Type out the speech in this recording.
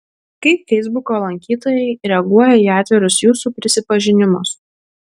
kaip feisbuko lankytojai reaguoja į atvirus jūsų prisipažinimus